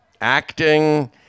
acting